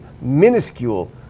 minuscule